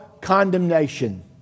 condemnation